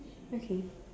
okay